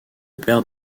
père